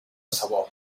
sabor